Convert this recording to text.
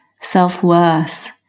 self-worth